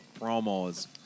promos